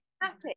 happy